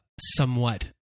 somewhat